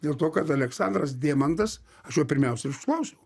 dėl to kad aleksandras deimantas aš jo pirmiausiai ir užklausiau